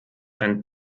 ein